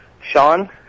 Sean